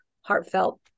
heartfelt